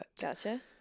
Gotcha